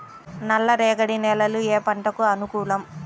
నల్ల రేగడి నేలలు ఏ పంటకు అనుకూలం?